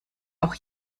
auch